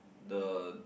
the